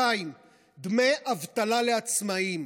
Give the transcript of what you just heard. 2. דמי אבטלה לעצמאים,